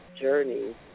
journey